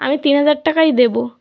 আমি তিন হাজার টাকাই দেবো